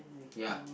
ya